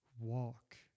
Walk